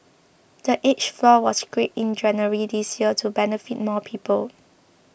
the age floor was scrapped in January this year to benefit more people